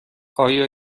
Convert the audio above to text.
آیا